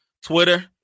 Twitter